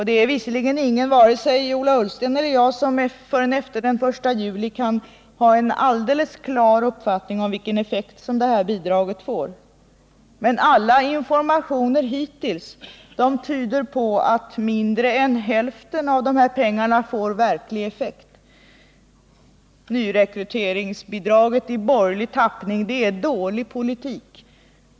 Det är visserligen ingen —- varken Ola Ullsten eller jag som förrän efter den 1 juli kan ha en alldeles klar uppfattning om vilken effekt detta bidrag får, men alla informationer hittills tyder på att mindre än hälften av de här pengarna får verklig effekt. Nyrekryteringsbidraget i borgerlig tappning är dålig politik.